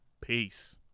Peace